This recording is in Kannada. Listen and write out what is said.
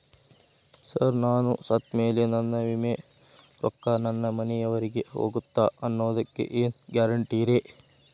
ಸರ್ ನಾನು ಸತ್ತಮೇಲೆ ನನ್ನ ವಿಮೆ ರೊಕ್ಕಾ ನನ್ನ ಮನೆಯವರಿಗಿ ಹೋಗುತ್ತಾ ಅನ್ನೊದಕ್ಕೆ ಏನ್ ಗ್ಯಾರಂಟಿ ರೇ?